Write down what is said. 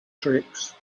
tricks